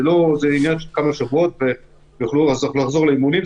זה עניין של כמה שבועו ויוכלו לחזור לאימונים.